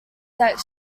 that